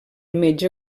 metge